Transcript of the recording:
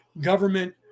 government